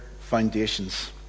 foundations